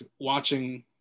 watching